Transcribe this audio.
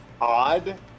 odd